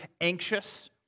anxious